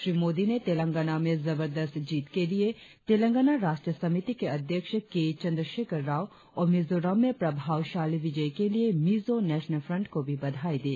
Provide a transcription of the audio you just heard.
श्री मोदी ने तेलंगाना में जबर्दस्त जीत के लिए तेलंगाना राष्ट्र समिति के अध्यक्ष के चंद्रशेखर राव और मिजोरम में प्रभावशाली विजय के लिए मिजो नेशनल फ्रंट को भी बधाई दी